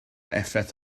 effaith